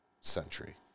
century